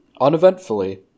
uneventfully